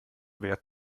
wer